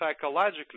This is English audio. Psychologically